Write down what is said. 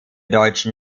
deutschen